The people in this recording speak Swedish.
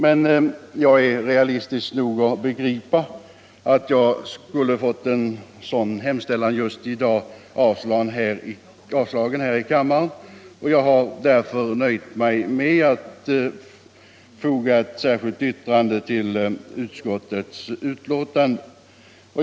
Men jag är realistisk nog att begripa att jag just i dag skulle ha fått en sådan hemställan avslagen av kammaren. Jag har därför nöjt mig med att foga ett särskilt yttrande till utskottets betänkande.